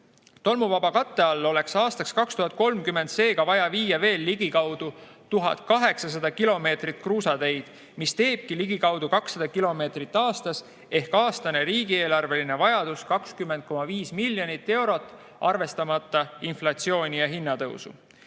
Tolmuvaba katte alla oleks aastaks 2030 seega vaja viia veel ligikaudu 1800 kilomeetrit kruusateid, mis teebki ligikaudu 200 kilomeetrit aastas, ehk aastane riigieelarveline vajadus on 20,5 miljonit eurot, arvestamata inflatsiooni ja hinnatõusu.